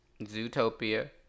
Zootopia